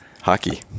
Hockey